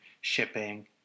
shipping